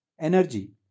energy